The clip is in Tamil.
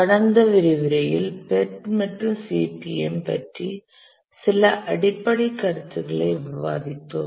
கடந்த விரிவுரையில் PERT மற்றும் CPM பற்றி சில அடிப்படை கருத்துக்களை விவாதித்தோம்